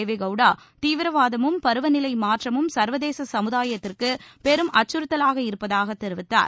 தேவே கவுடா தீவிரவாதமும் பருவநிலை மாற்றமும் சர்வதேச சமுதாயத்திற்கு பெரும் அச்சறுத்தலாக இருப்பதாக தெரிவித்தார்